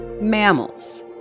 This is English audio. mammals